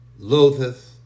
loatheth